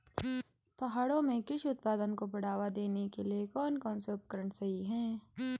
पहाड़ों में कृषि उत्पादन को बढ़ावा देने के लिए कौन कौन से उपकरण सही हैं?